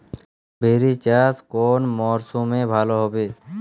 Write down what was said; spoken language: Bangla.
বিরি চাষ কোন মরশুমে ভালো হবে?